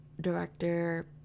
director